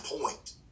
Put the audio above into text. point